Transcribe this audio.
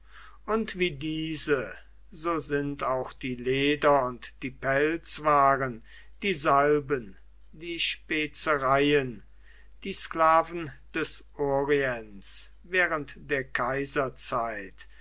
und wie diese so sind auch die leder und die pelzwaren die salben die spezereien die sklaven des orients während der kaiserzeit